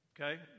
Okay